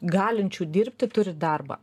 galinčių dirbti turi darbą